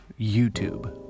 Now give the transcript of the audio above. YouTube